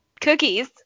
cookies